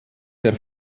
der